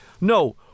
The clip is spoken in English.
No